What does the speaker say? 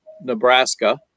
Nebraska